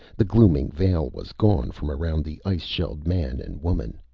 the glooming veil was gone from around the ice-shelled man and woman.